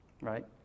right